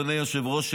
אדוני היושב-ראש,